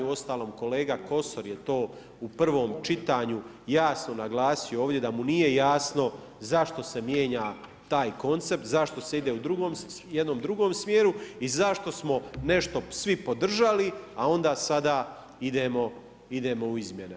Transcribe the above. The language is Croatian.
Uostalom, kolega Kosor je to u prvom čitanju jasno naglasio ovdje da mu nije jasno zašto se mijenja taj koncept, zašto se ide u jednom drugom smjeru i zašto smo nešto svi podržali, a onda sada idemo u izmjene.